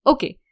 Okay